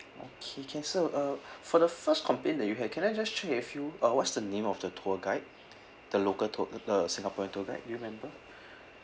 okay can sir uh for the first complaint that you had can I just check with you uh what's the name of the tour guide the local tour the singaporean tour guide do you remember